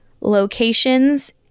locations